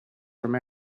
from